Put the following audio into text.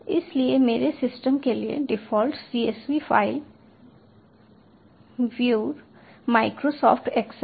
इसलिए मेरे सिस्टम के लिए default csv file viewer Microsoft Excel है